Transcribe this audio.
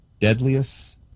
deadliest